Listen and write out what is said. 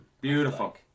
Beautiful